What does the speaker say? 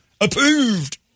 Approved